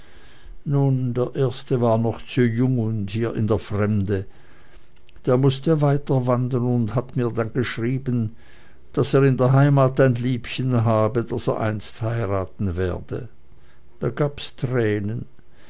nun der erste war noch zu jung und hier in der fremde der mußte weiterwandern und hat mir dann geschrieben daß er in der heimat ein liebchen habe das er einst heiraten werde da gab's tränen